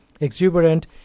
exuberant